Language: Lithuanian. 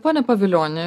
pone pavilioni